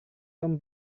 tom